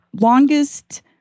longest